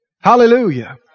Hallelujah